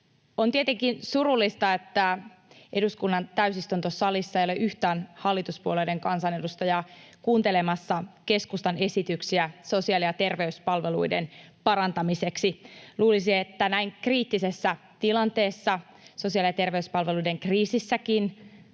On tietenkin surullista, että eduskunnan täysistuntosalissa ei ole yhtään hallituspuolueiden kansanedustajaa kuuntelemassa keskustan esityksiä sosiaali‑ ja terveyspalveluiden parantamiseksi. Luulisi, että näin kriittisessä tilanteessa, sosiaali‑ ja terveyspalveluiden kriisissä,